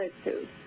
attitude